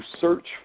search